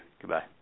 Goodbye